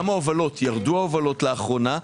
גם ההובלות ירדו לאחרונה,